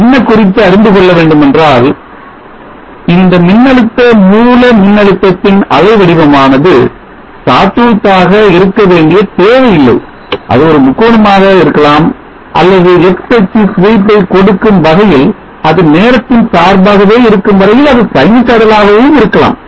என்ன குறித்து கொள்ள முடியும் என்றால் இந்த மின்னழுத்த மூல மின்னழுத்தத்தின் அலை வடிவமானது saw tooth ஆக இருக்கவேண்டிய தேவையில்லை அது ஒரு முக்கோணமாக இருக்கலாம் அல்லது X அச்சு sweep ஐ கொடுக்கும் வகையில் அது நேரத்தின் சார்பாகவே இருக்கும் வரையில் அது sinusoidal ஆகவும் இருக்கலாம்